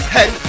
Head